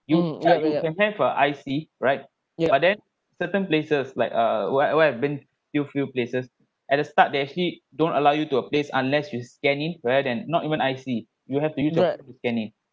you like you can have a I_C right but then certain places like uh what what I've been few few places at the start they actually don't allow you to a place unless you scan in rather than not even I_C you have to use the scanning